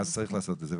אז צריך לעשות את זה.